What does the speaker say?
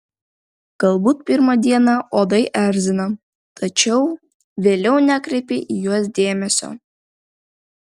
galbūt pirmą dieną uodai erzina tačiau vėliau nekreipi į juos dėmesio